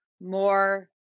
more